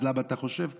אז למה אתה חושב כך.